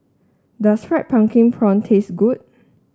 does fried pumpkin prawn taste good